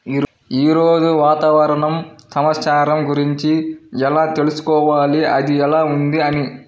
ఈరోజు వాతావరణ సమాచారం గురించి ఎలా తెలుసుకోవాలి అది ఎలా ఉంది అని?